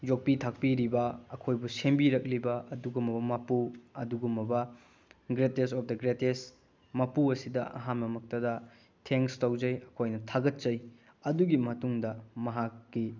ꯌꯣꯛꯄꯤ ꯊꯥꯛꯄꯤꯔꯤꯕ ꯑꯩꯈꯣꯏꯕꯨ ꯁꯦꯝꯕꯤꯔꯛꯂꯤꯕ ꯑꯗꯨꯒꯨꯝꯂꯕ ꯃꯄꯨ ꯑꯗꯨꯒꯨꯝꯂꯕ ꯒ꯭ꯔꯦꯇꯦꯁ ꯑꯣꯐ ꯗ ꯒ꯭ꯔꯦꯇꯦꯁ ꯃꯄꯨ ꯑꯁꯤꯗ ꯑꯍꯥꯟꯕꯃꯛꯇꯗ ꯊꯦꯡꯁ ꯇꯧꯖꯩ ꯑꯩꯈꯣꯏꯅ ꯊꯥꯒꯠꯆꯩ ꯑꯗꯨꯒꯤ ꯃꯇꯨꯡꯗ ꯃꯍꯥꯛꯀꯤ